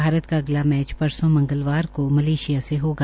भारत का अगला मैच परसो मंगलवार को मलेशिया से होगा